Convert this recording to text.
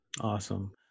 Awesome